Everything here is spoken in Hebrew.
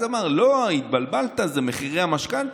אז הוא אמר: לא, התבלבלת, זה מחירי המשכנתה.